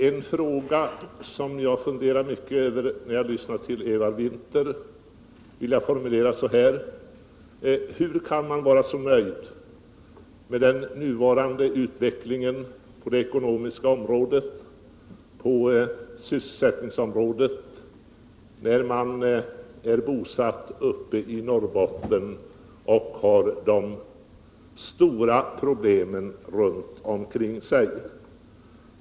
En fråga som jag funderar mycket över när jag lyssnar till Eva Winther vill jag formulera så här: Hur kan man vara så nöjd med den nuvarande utvecklingen på det ekonomiska området och på sysselsättningsområdet, när man är bosatt uppe i Norrbotten och har de stora problemen runt omkring sig?